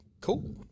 cool